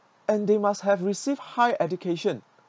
and they must have received high education